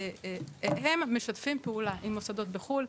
הם משתפים פעולה עם מוסדות בחו"ל,